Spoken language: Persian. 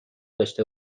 داشته